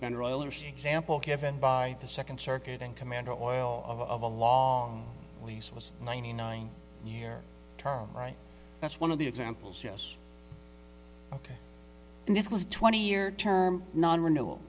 see examples given by the second circuit and commander oil of a long lease was ninety nine year term right that's one of the examples yes ok and this was a twenty year term non renewa